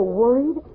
worried